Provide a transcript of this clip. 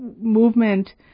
movement